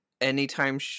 anytime